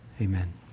amen